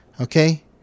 okay